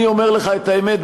אני אומר לך את האמת,